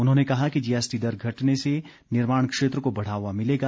उन्होंने कहा कि जीएसटी दर घटने से निर्माण क्षेत्र को बढ़ावा मिलेगा